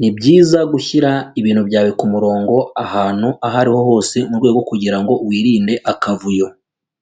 Nibyiza gushyira ibintu byawe kumurongo ahantu aho ariho hose murwego kugirango wirinde akavuyo.